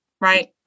right